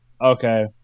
Okay